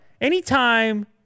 anytime